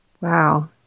Wow